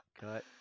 Cut